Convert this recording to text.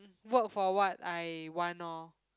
work for what I want lor